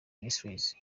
ministries